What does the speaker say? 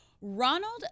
Ronald